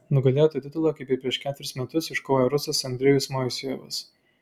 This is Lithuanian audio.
nugalėtojo titulą kaip ir prieš ketverius metus iškovojo rusas andrejus moisejevas